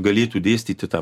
galėtų dėstyti tą